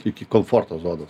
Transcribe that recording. iki komforto zonos